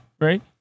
right